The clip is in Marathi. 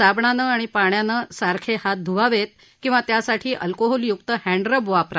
साबणानं आणि पाण्यानं सारखे हात धुवा किंवा त्यासाठी अल्कोहोलयुक्त हॅण्ड रब वापरा